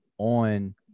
on